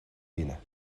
binnen